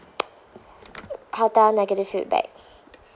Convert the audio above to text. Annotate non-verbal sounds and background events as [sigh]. [noise] hotel negative feedback